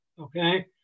okay